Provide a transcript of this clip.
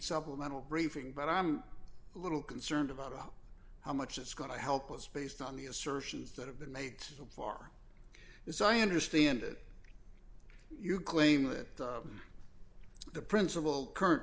supplemental briefing but i'm a little concerned about how much it's going to help us based on the assertions that have been made so far so i understand that you claim that the principal current